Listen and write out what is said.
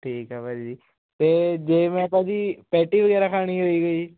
ਠੀਕ ਹੈ ਭਾਅ ਜੀ ਅਤੇ ਜੇ ਮੈਂ ਭਾਅ ਜੀ ਪੈਟੀ ਵਗੈਰਾ ਖਾਣੀ ਹੋਈ ਕੋਈ